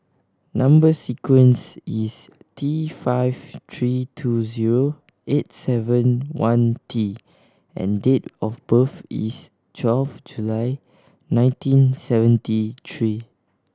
number sequence is T five three two zero eight seven one T and date of birth is twelve July nineteen seventy three